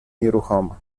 nieruchoma